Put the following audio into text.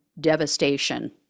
devastation